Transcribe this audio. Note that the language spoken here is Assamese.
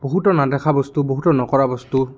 বহুতো নেদেখা বস্তু বহুতো নকৰা বস্তু